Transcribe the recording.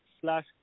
slash